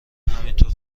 همینطور